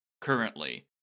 currently